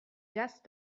just